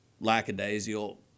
lackadaisical